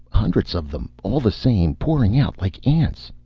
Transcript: hundreds of them. all the same. pouring out like ants.